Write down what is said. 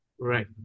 right